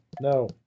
No